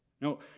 No